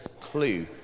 clue